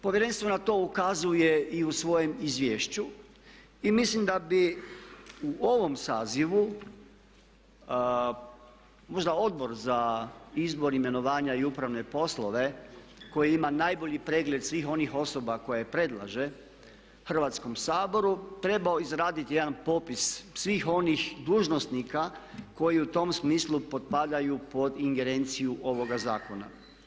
Povjerenstvo na to ukazuje i u svojem izvješću i mislim da bi u ovom sazivu možda Odbor za izbor, imenovanja i upravne poslove koji ima najbolji pregled svih onih osoba koje predlaže Hrvatskom saboru trebao izraditi jedan popis svih onih dužnosnika koji u tom smislu potpadaju pod ingerenciju ovoga zakona.